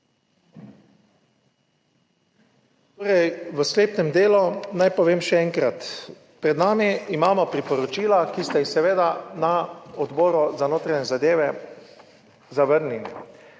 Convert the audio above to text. Torej, v sklepnem delu naj povem, še enkrat, pred nami imamo priporočila, ki ste jih seveda na Odboru za notranje zadeve zavrnili.